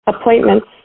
appointments